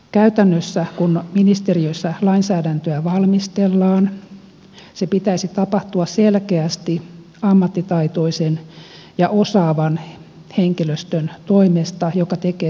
käytännössä kun ministeriössä lainsäädäntöä valmistellaan se pitäisi tapahtua selkeästi ammattitaitoisen ja osaavan henkilöstön toimesta joka tekee työtään virkamiesvastuulla